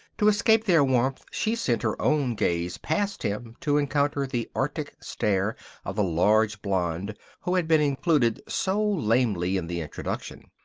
to escape their warmth she sent her own gaze past him to encounter the arctic stare of the large blonde who had been included so lamely in the introduction.